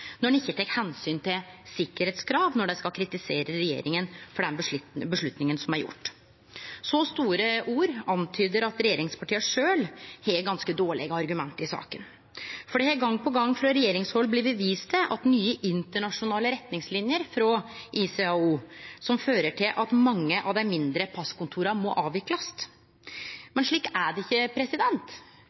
når dei ikkje tek omsyn til sikkerheitskrav når dei kritiserer regjeringa for den avgjerda som er teken. Så store ord antydar at regjeringspartia sjølve har ganske dårlege argument i saka. For det har frå regjeringshald gong på gong blitt vist til nye internasjonale retningslinjer frå ICAO som fører til at mange av dei mindre passkontora må avviklast. Men slik er det ikkje.